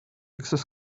access